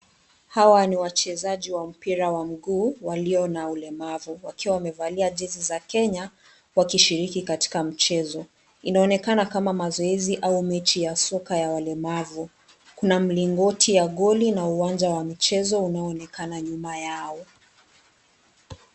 Hawa ni wachezaji wa mpira wa miguu walio na ulemavu, wakiwa wamevalia jezi za Kenya, wakishiriki katika mchezo. Inaonekana kama mazoezi au mechi ya soka ya walemavu. Kuna mlingoti ya goli na uwanja wa michezo unaoonekana nyuma yao.